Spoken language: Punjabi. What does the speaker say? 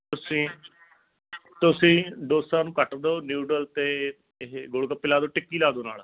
ਤੁਸੀਂ ਡੋਸੇ ਡੋਸਾ ਨੂੰ ਕੱਟ ਦੋ ਨਿਊਡਲ ਅਤੇ ਇਹ ਗੋਲਗੱਪੇ ਲਾ ਦੋ ਟਿੱਕੀ ਲਾ ਦੋ ਨਾਲ